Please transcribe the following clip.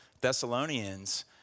Thessalonians